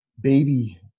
baby